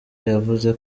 yavuze